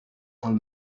con